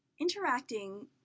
Interacting